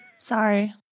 Sorry